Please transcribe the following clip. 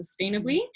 sustainably